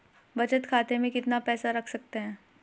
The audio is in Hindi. बचत खाते में कितना पैसा रख सकते हैं?